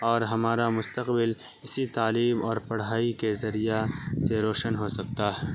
اور ہمارا مستقبل اسی تعلیم اور پڑھائی کے ذریعہ سے روشن ہو سکتا ہے